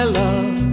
love